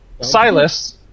Silas